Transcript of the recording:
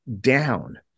down